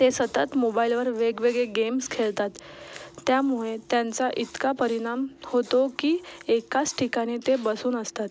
ते सतत मोबाईलवर वेगवेगळे गेम्स खेळतात त्यामुळे त्यांचा इतका परिणाम होतो की एकाच ठिकाणी ते बसून असतात